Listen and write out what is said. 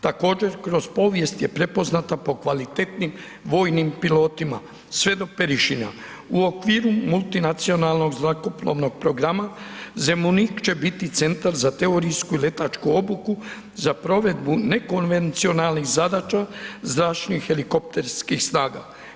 Također kroz povijest je prepoznata po kvalitetnim vojnim pilotima sve do Perišina u okviru multinacionalnog zrakoplovnog programa Zemunik će biti centar za teorijsku i letačku obuku, za provedbu nekonvencionalnih zadaća, zračnih, helikopterskih snaga.